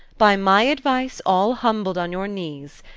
by my advice, all humbled on your knees,